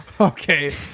Okay